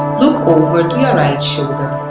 look over to your right shoulder.